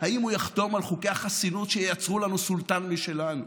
האם הוא יחתום על חוקי החסינות שייצרו לנו סולטן משלנו?